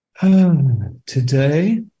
today